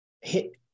hit